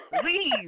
Please